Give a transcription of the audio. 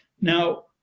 Now